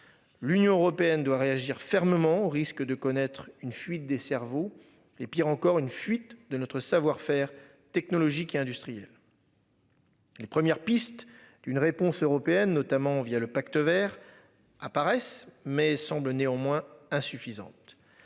L'Union européenne doit réagir fermement risque de connaître une fuite des cerveaux et pire encore une fuite de notre savoir-faire technologique et industrielle. Les premières pistes d'une réponse européenne notamment via le Pacte Vert apparaissent mais semble néanmoins insuffisante.